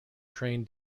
train